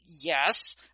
yes